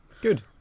Good